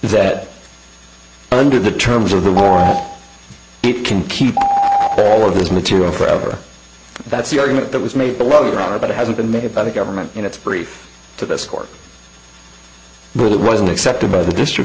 that under the terms of the war it can keep all of this material forever that's the argument that was made the other are but it hasn't been made by the government and it's brief to this court but it wasn't accepted by the district